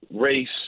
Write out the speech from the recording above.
race